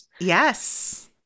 Yes